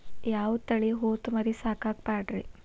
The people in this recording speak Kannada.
ಯಾವ ತಳಿ ಹೊತಮರಿ ಸಾಕಾಕ ಪಾಡ್ರೇ?